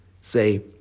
Say